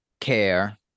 care